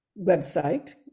website